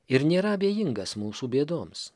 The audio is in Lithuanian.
ir nėra abejingas mūsų bėdoms